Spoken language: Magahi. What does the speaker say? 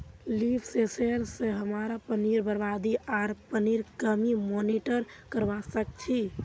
लीफ सेंसर स हमरा पानीर बरबादी आर पानीर कमीक मॉनिटर करवा सक छी